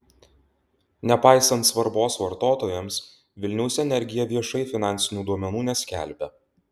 nepaisant svarbos vartotojams vilniaus energija viešai finansinių duomenų neskelbia